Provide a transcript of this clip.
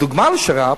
הדוגמה לשר"פ,